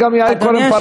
וגם יעל כהן-פארן,